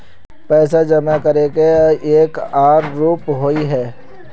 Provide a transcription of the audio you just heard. पैसा जमा करे के एक आर रूप होय है?